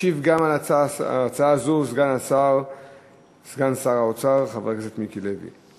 הצעה מס' 2329. ישיב גם על הצעה זו סגן שר האוצר חבר הכנסת מיקי לוי.